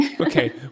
Okay